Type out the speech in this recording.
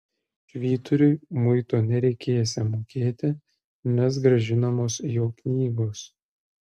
švyturiui muito nereikėsią mokėti nes grąžinamos jo knygos